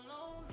alone